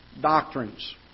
doctrines